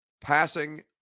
passing